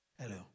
Hello